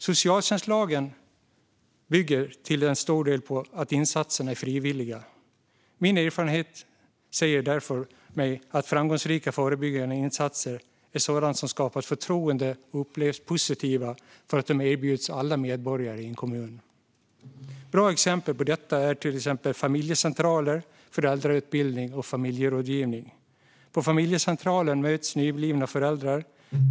Socialtjänstlagen bygger till stor del på att insatserna är frivilliga. Min erfarenhet säger mig därför att framgångsrika förebyggande insatser är sådana som skapat förtroende och upplevs positiva därför att de erbjuds alla medborgare i en kommun. Bra exempel på detta är familjecentraler, föräldrautbildning och familjerådgivning. På familjecentralen möts nyblivna föräldrar.